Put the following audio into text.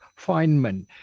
Feynman